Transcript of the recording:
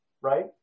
right